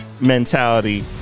mentality